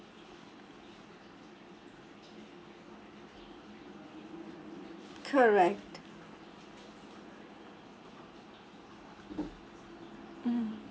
correct mm